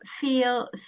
feel